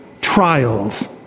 trials